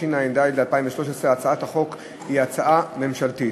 התשע"ד 2013. הצעת החוק היא הצעה ממשלתית.